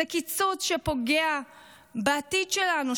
זה קיצוץ שפוגע בעתיד שלנו,